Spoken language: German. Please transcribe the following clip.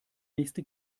nächste